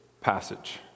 passage